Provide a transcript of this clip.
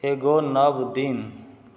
एगो नव दिन